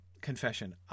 Confession